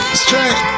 straight